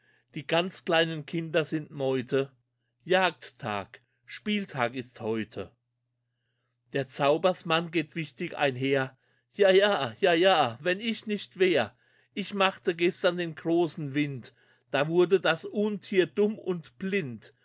die ganz kleinen kinder sind meute jagdtag spieltag ist heute der zaubersmann geht wichtig einher jaja jaja wenn ich nicht wär ich machte gestern den großen wind da wurde das untier dumm und blind